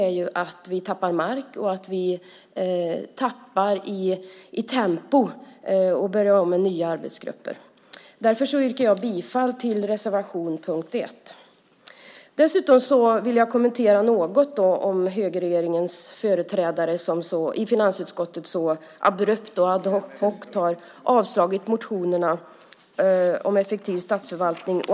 Vi tappar mark och tempo när det gäller att börja om med nya arbetsgrupper. Därför yrkar jag bifall till reservation 1 under punkt 2. Dessutom vill jag något kommentera högerregeringens företrädare som i finansutskottet så abrupt och ad hoc har avstyrkt motionerna om en effektiv statsförvaltning.